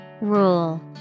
Rule